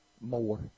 more